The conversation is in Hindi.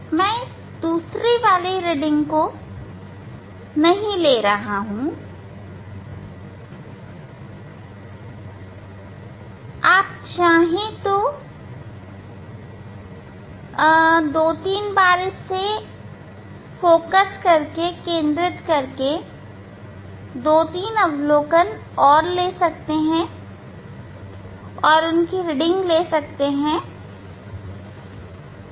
मैं दूसरी वाली नहीं ले रहा हूं आपको दो तीन बार केंद्रित करके दो तीन अवलोकन और उनकी रीडिंग लेनी चाहिए